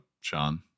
Sean